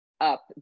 up